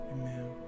Amen